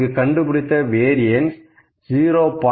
நாம் கண்டுபிடித்த வேரியண்ஸ் 0